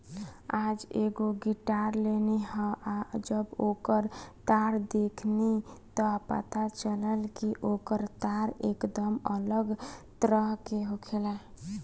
आज एगो गिटार लेनी ह आ जब ओकर तार देखनी त पता चलल कि ओकर तार एकदम अलग तरह के होखेला